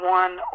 one